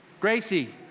Gracie